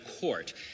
court